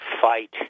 fight